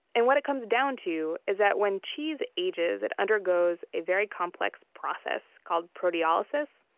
and what it comes down to is that, when cheese ages, it undergoes a very complex process called proteolysis,